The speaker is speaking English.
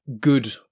good